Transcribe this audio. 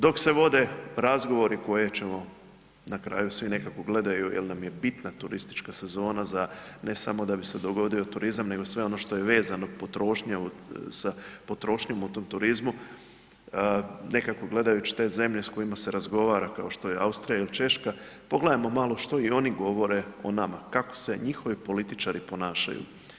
Dok se vode razgovori koje ćemo na kraju svi nekako gledaju jer nam je bitna turistička sezona za ne samo da bi se dogodio turizam nego sve ono što je vezano potrošnjom u tom turizmu, nekako gledajući te zemlje s kojima se razgovara kao što je Austrija ili Češka, pogledajmo malo što i oni govore o nama, kako se njihovi političari ponašaju.